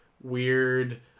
weird